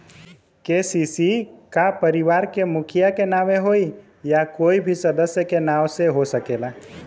KCC का परिवार के मुखिया के नावे होई या कोई भी सदस्य के नाव से हो सकेला?